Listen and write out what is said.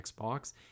xbox